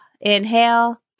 inhale